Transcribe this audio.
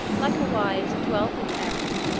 like a wise and wealthy parent,